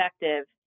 effective